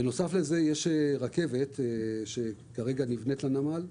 בנוסף לזה יש רכבת שנבנית לנמל.